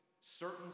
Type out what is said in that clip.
certain